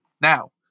Now